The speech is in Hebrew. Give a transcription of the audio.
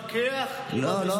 תתווכח עם המספרים, לא איתי.